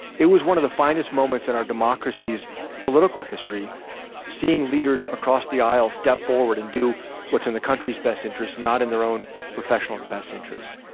it was one of the finest moments in our democracy's political history seeing leaders across the aisle step forward and do what's in the country's best interest not in their own professional best interests.